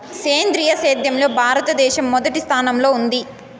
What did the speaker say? సేంద్రీయ సేద్యంలో భారతదేశం మొదటి స్థానంలో ఉంది